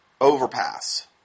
overpass